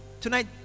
Tonight